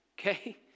Okay